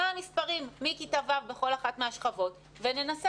מה המספרים מכיתה ו' בכל אחת מהשכבות וננסה